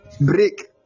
Break